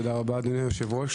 תודה רבה, אדוני היושב-ראש.